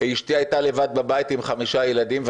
אשתי הייתה לבד בבית עם חמישה ילדים,